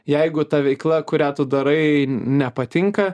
jeigu ta veikla kurią tu darai nepatinka